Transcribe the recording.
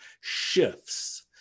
shifts